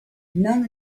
none